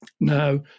Now